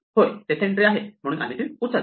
होय तेथे एंट्री आहे आणि म्हणून आम्ही ती उचलतो